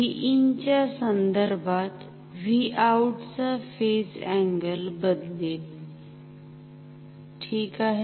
Vin च्या संदर्भात Vout चा फेज अँगल बद्लेल ठीक आहे